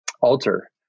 altar